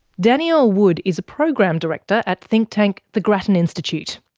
danielle wood is a program director at thinktank the grattan institute.